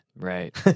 Right